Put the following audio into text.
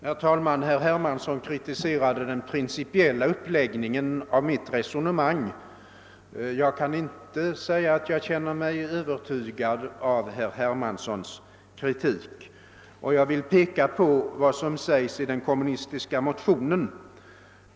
Herr talman! Herr Hermansson kritiserade den principielia uppläggningen av mitt resonemang. Jag kan inte säga att jag känner mig övertygad av herr Hermanssons kritik. Jag vill peka på vad som sägs i den kommunistiska motionen.